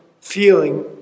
feeling